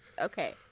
Okay